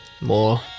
more